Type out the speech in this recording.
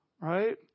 Right